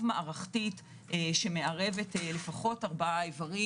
מערכתית שמערבת לפחות ארבעה איברים,